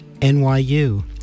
NYU